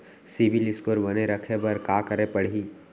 CIBIL score बने रखे बर का करे पड़ही?